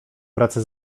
pracy